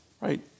right